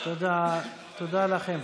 תודה לכם.